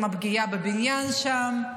עם הפגיעה בבניין שם.